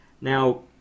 Now